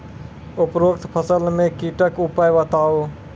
उपरोक्त फसल मे कीटक उपाय बताऊ?